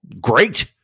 great